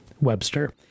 Webster